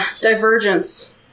divergence